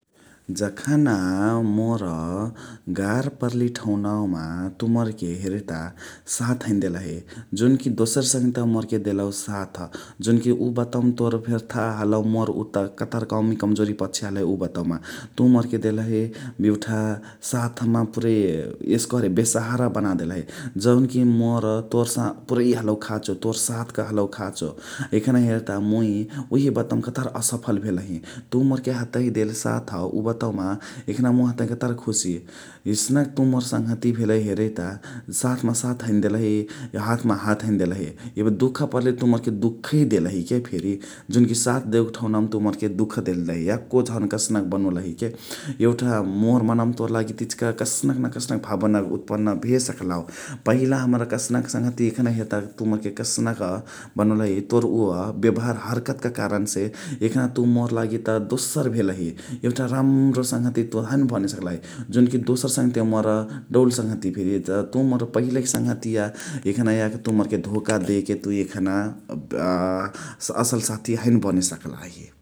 जखना मोर गार्ह पर्ली ठउरावा मा तुइ मोर के हेरहिता साथ हैने देलही जुन कि दोसर सङ्हतियावा मोर के देलउ साथ । जुन कि उव बतवाम तोर फेनी थाह्हलउ मोर उव त कतहार कमी कम्जोरी पछेय हलइ उव बतवामा । तुइ मोर के देलही यउठा साथमा पुरइ एस्करे बेसाहारा बनदेलही । जुन कि मोर तोर पुरइ हलउ खाचो तोर साथ क हलउ खाचो । यखना हेर्ता मुइ उहे बाटवा मा कतहार असफल भेलही । तुइ मोर क हतही देले साथ उव बाटवा मा यखना मुइ हतही कतहार खुशी । एस्नक तुइ मोर सङ्हतिया भेलही हेरही ता साथ मा साथ हैने देलही हाथ मा हाथ हैने देलही । यब दुख पर्ले तुइ मोर के दुखइ देलही के फेरी जुन कि साथ देउके ठउनावाम तुइ मोर दुख देलही । याको झान कस्नुक बनोलही के यउठा मोर मनवा मा तोर लागी इचिका कस्नक न कस्नक भाबना उत्पन्न भेसक्लउ पहिला हमरा कस्नक सङ्हतिया यखना हेर्ता तुइ मोर के कस्नक बनोलही । तोर उव बेभार हर्कत क कणन से यखना तुइ मोर लागी त दोसर भेलही यउठा राम्रो सङ्हतिया हैने बने सक्लही । जुन कि दोसर सङ्हतिया मोर दउल सङ्हतिया भेलिय त तुइ मोर पहिलहिक सङ्हतिया यखना याके तुइ मोर के धोखा देके तुइ यखना असल साथी हैने बने सक्लही ।